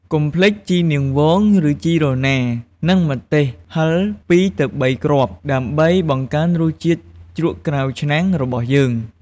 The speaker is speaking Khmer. កុំភ្លេចជីនាងវង ឬជីរណា និងម្ទេសហឹរពីរទៅបីគ្រាប់ ដើម្បីបង្កើនរសជាតិជ្រក់ក្រៅឆ្នាំងរបស់យើង។